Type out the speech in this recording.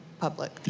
public